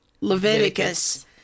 Leviticus